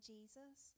Jesus